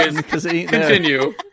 Continue